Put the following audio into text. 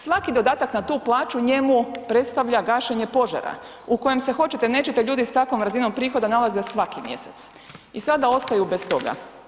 Svaki dodatak na tu plaću njemu predstavlja požara u kojem se hoćete-nećete, ljudi s takvom razinom prihoda nalaze svaki mjesec i sada ostaju bez toga.